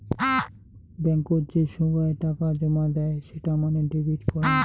বেঙ্কত যে সোগায় টাকা জমা দেয় সেটা মানে ডেবিট করাং